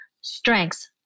strengths